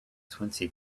twenty